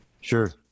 Sure